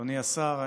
אדוני השר,